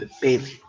Bailey